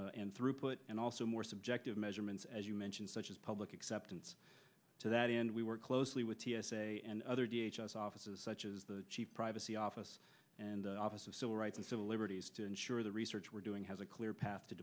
and throughput and also more subjective measurements as you mention such as public acceptance to that end we work closely with t s a and other d h offices such as the chief privacy office and office of civil rights and civil liberties to ensure the research we're doing has a clear path to